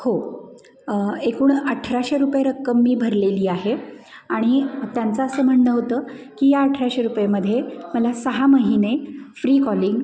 हो एकूण अठराशे रुपये रक्कम मी भरलेली आहे आणि त्यांचं असं म्हणणं होतं की या अठराशे रुपयेमध्ये मला सहा महिने फ्री कॉलिंग